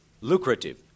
lucrative